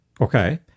Okay